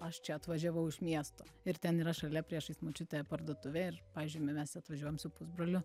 aš čia atvažiavau iš miesto ir ten yra šalia priešais močiutę parduotuvė ir pavyzdžiui mes atvažiuojam su pusbroliu